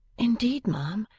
indeed, ma'am,